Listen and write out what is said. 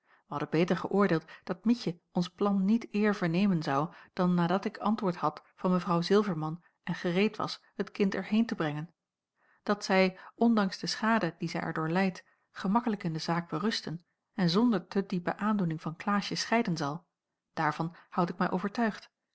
hadden beter geöordeeld dat mietje ons plan niet eer vernemen zoû dan nadat ik antwoord had van mw zilverman en gereed was het kind er heen te brengen dat zij ondanks de schade die zij er door lijdt gemakkelijk in de zaak berusten en zonder te diepe aandoening van klaasje scheiden zal daarvan houd ik mij overtuigd